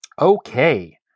Okay